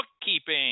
bookkeeping